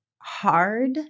hard